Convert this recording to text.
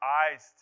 eyes